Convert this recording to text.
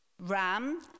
Ram